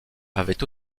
avaient